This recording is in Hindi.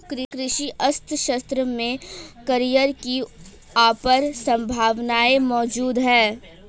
कृषि अर्थशास्त्र में करियर की अपार संभावनाएं मौजूद है